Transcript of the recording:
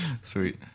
Sweet